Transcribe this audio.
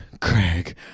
Craig